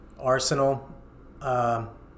Arsenal